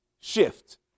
shift